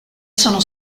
sono